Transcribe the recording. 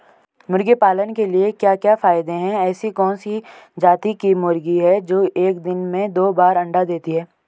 मुर्गी पालन के क्या क्या फायदे हैं ऐसी कौन सी जाती की मुर्गी है जो एक दिन में दो बार अंडा देती है?